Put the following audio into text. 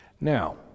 Now